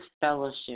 fellowship